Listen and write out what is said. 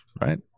right